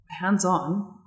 hands-on